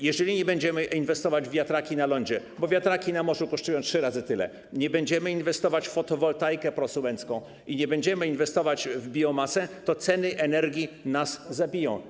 Jeżeli nie będziemy inwestować w wiatraki na lądzie, bo wiatraki na morzu kosztują trzy razy tyle, nie będziemy inwestować w fotowoltaikę prosumencką i w biomasę, to ceny energii nas zabiją.